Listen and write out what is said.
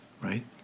right